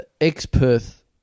ex-Perth